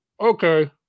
okay